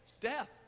Death